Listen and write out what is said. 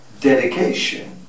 dedication